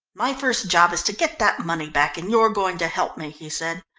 my first job is to get that money back, and you're going to help me, he said.